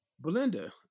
Belinda